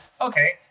Okay